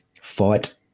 fight